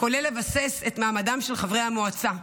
כולל לבסס את מעמדם של חברי המועצה.